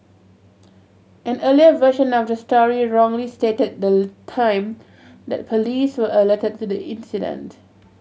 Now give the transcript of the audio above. an earlier version of the story wrongly stated the time that police were alerted to the incident